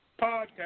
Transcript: podcast